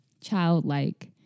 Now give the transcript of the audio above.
childlike